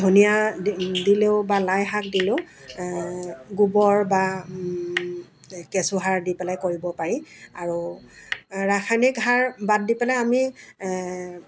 ধনিয়া দি দিলেও বা লাইশাক দিলেও গোবৰ বা কেঁচু সাৰ দি পেলাই কৰিব পাৰি আৰু ৰাসায়নিক সাৰ বাদ দি পেলাই আমি